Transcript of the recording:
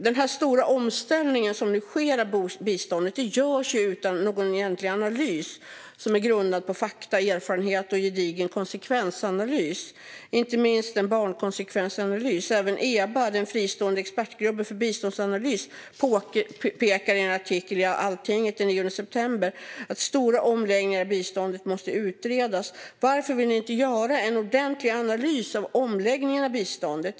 Den stora omställning av biståndet som nu sker görs utan någon egentlig analys grundad på fakta, erfarenhet och gedigen konsekvensanalys, inte minst en barnkonsekvensanalys. Även Eba, den fristående expertgruppen för biståndsanalys, påpekar i en artikel i Altinget den 9 september att stora omläggningar av biståndet måste utredas. Varför vill ni inte göra en ordentlig analys av omläggningen av biståndet, Magdalena Thuresson?